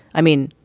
i mean,